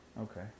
Okay